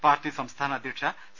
party സംസ്ഥാന അധ്യക്ഷ C